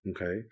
Okay